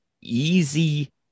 easy